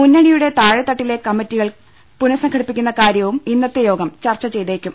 മുന്നണിയുടെ താഴെതട്ടിലെ കമ്മിറ്റികൾ പുനഃസംഘ ടിപ്പിക്കുന്ന കാര്യവും ഇന്നത്തെ യോഗം ചർച്ച ചെയ്തേക്കും